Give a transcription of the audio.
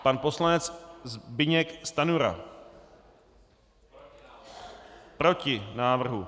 Pan poslanec Zbyněk Stanjura: Proti návrhu.